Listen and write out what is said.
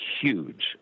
huge